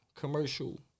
commercial